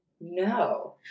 No